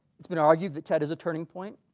it's been argued that tet is a turning point